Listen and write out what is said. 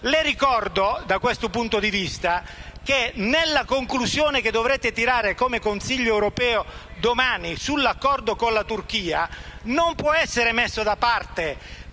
Le ricordo, da questo punto di vista, che nella conclusione che dovrete tirare domani, come Consiglio europeo, sull'accordo con la Turchia non può essere messo da parte